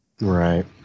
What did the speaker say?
Right